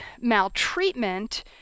maltreatment